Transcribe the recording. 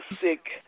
sick